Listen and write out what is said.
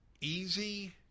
easy